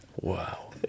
Wow